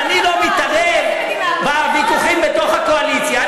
ואני לא מתערב בוויכוחים בתוך הקואליציה.